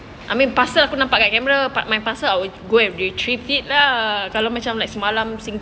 I mean parcel aku nampak kat camera my parcel I will go and retrieve it lah kalau macam like semalam